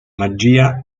magia